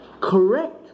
correct